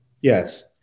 Yes